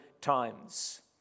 times